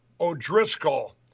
O'Driscoll